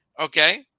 Okay